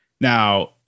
Now